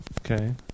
Okay